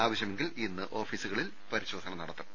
ആവശ്യമെ ങ്കിൽ ഇന്ന് ഓഫീസുകളിൽ പരിശോധന നടത്തും